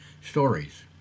stories